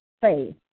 faith